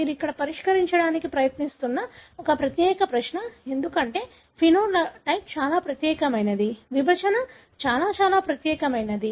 మీరు ఇక్కడ పరిష్కరించడానికి ప్రయత్నిస్తున్న ఒక ప్రత్యేక ప్రశ్న ఎందుకంటే సమలక్షణం చాలా ప్రత్యేకమైనది విభజన చాలా చాలా ప్రత్యేకమైనది